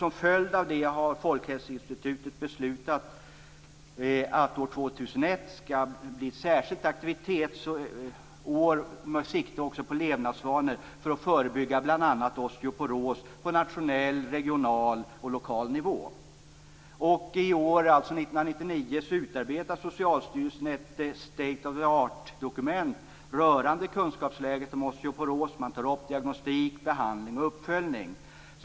Som en följd av det har Folkhälsoinstitutet beslutat att år 2001 skall bli ett särskilt aktivitetsår, då man också skall ta sikte på levnadsvanor för att förebygga bl.a. osteoporos på nationell, regional och lokal nivå. I år utarbetar Socialstyrelsen ett state of the art-dokument rörande kunskapsläget om osteoporos. Man tar upp diagnostik, behandling och uppföljning.